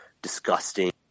disgusting